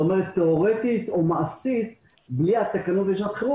תיאורטית או מעשית בלי התקנות לשעת חירום